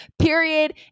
period